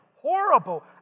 horrible